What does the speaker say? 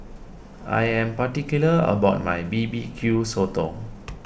I am particular about my B B Q Sotong